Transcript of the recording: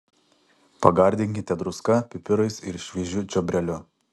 pagardinkite druska pipirais ir šviežiu čiobreliu